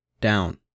down